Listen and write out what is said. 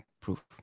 proof